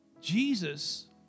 Jesus